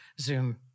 Zoom